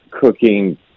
cooking